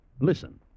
Listen